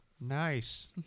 Nice